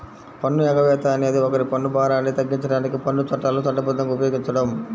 పన్ను ఎగవేత అనేది ఒకరి పన్ను భారాన్ని తగ్గించడానికి పన్ను చట్టాలను చట్టబద్ధంగా ఉపయోగించడం